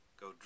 go